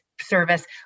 service